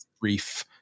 brief